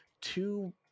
two